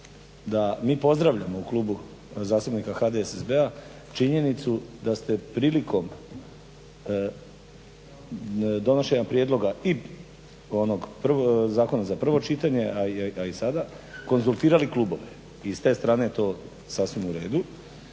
da mi pozdravljamo u klubu zastupnika HDSSB-a činjenicu da ste prilikom donošenja prijedloga i zakona za prvo čitanje a i sada konzultirali klubove i s te strane je to sasvim u redu